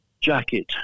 jacket